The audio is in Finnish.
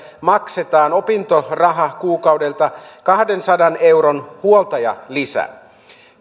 maksettaisiin opintorahakuukaudelta kahdensadan euron huoltajalisä